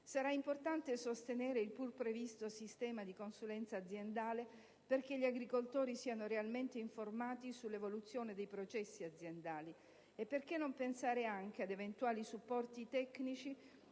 Sarà importante sostenere il pur previsto sistema di consulenza aziendale in modo che gli agricoltori siano realmente informati sull'evoluzione dei processi aziendali. Perché non pensare anche ad eventuali supporti tecnici